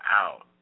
out